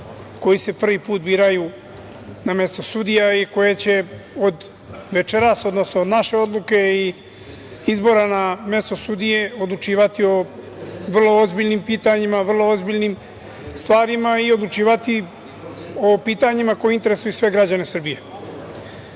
koji se prvi put biraju na mesto sudija i koji će od večeras, odnosno od naše odluke i izbora na mesto sudije odlučivati o vrlo ozbiljnim pitanjima, vrlo ozbiljnim stvarima i odlučivati o pitanjima koja interesuju sve građane Srbije. Hteo